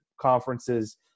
conferences